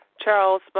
Charles